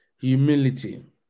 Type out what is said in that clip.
Humility